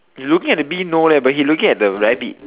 looking the bee no leh but he looking at the rabbit